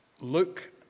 Luke